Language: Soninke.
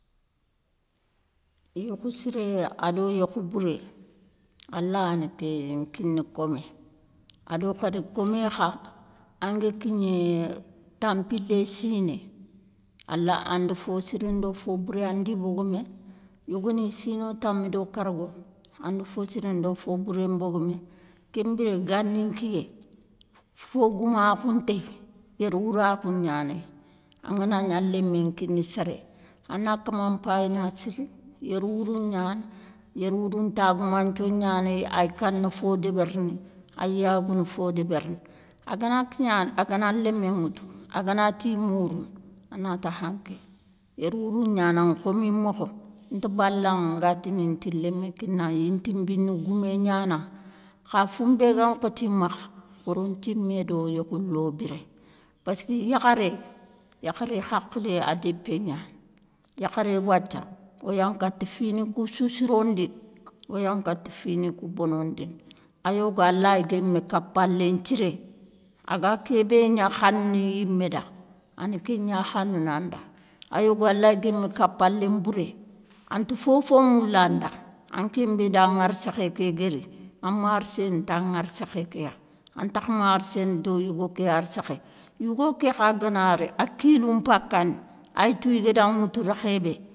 Yokhou siré ado yokhou bouré, allah yana ké nkina komé. Ado khadi komé kha, an ga kigné tampilé siné, an da fo sirou ndo fo bouré, an di bogoumé. Yogo ni sino tami do karago, an da fo siré ndo fo bouré bogoumé. Ké mbiré gani nkiyé, fo goumakhou ntéye, yéréwourakhou nianéye. An ganagna lémé nkina séré, an na kama mpayina siri, yéréwourou niane, yéréwourou ntagoumanthio nianéye, a ya kana fo débérini, aye yagounou fo débérini. a ga na lémé ŋoutou, a gana tiye mourounou, an na ti ahankey yéréwourou niananŋa khomi mokho, nta balanŋe nga tini nti lémé nkinanŋa yintinbiné goumé niananŋa, kha foumbé gan nkhoti makha, khoron simé do yékhou lo biré paski yakharé, yakharé khakilé a dépé niane. Yakharé wathia wo yan kata fi ni kou sou sirondine, wo yan kata fi kou bonondine. A yogo a laye guémé kapalé nthiré, a ga kébé khanounou i yimé da, a na kénia khanounou an da. A yogo a laye guémé kapalé mbouré, an ta fofo moula anda. Anké bé da ŋarsékhé ké guéri, an marséne ta ŋarsékhé ké ya, an takhe marséne do yigo ké arsékhé. Yougo ké kha ga na ri a kilou npakane, aye tou i guéda ŋoutou rékhé bé.